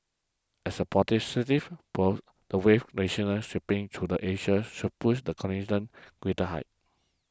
as a force the wave nationalize sweeping through the Asia should push the continent greater heights